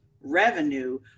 revenue